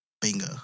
Bingo